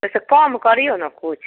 एहिसँ कम करिऔ ने किछु